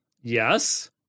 Yes